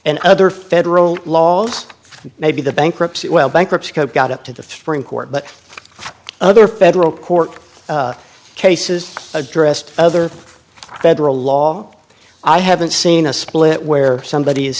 and other federal laws maybe the bankruptcy well bankruptcy code got up to the for in court but other federal court cases addressed other federal law i haven't seen a split where somebody